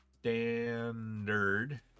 Standard